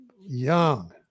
young